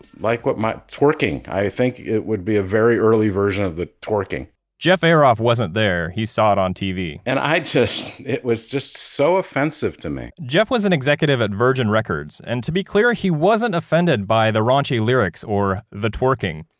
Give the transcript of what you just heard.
like what my twerking. i think it would be a very early version of the twerking jeff eroff wasn't there, he saw it on tv and i just it was just so offensive to me jeff was an executive at virgin records. and to be clear, he wasn't offended by the raunchy lyrics or the twerking.